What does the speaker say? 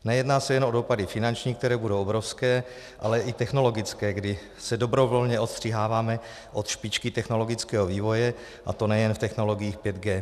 Nejedná se jen o dopady finanční, které budou obrovské, ale i technologické, kdy se dobrovolně odstřiháváme od špičky technologického vývoje, a to nejen v technologiích 5G.